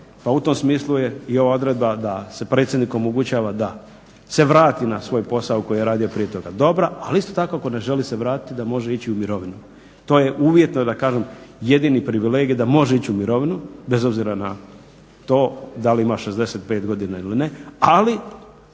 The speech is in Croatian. pa u tom smislu je i ova odredba da se predsjedniku omogućava da se vrati na svoj posao koji je radio prije toga dobra, ali isto tako ako ne želi se vratiti da može ići i u mirovinu. To je uvjetno, da kažem, jedini privilegij da može ići u mirovinu, bez obzira na to da li ima 65 godina ili ne, ali